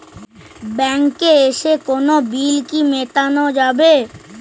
ব্যাংকে এসে কোনো বিল কি মেটানো যাবে?